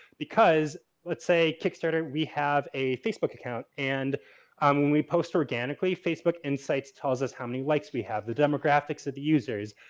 because let's say kickstarter, we have a facebook account and when we post organically facebook insights tells us how many likes we have, the demographics of the users.